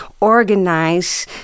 organize